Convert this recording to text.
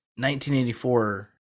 1984